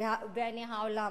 ובעיני העולם.